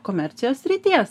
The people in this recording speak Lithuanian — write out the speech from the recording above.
komercijos srities